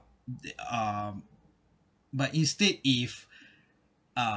the um but instead if uh